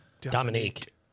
Dominique